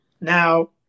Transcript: now